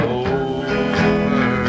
over